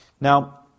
Now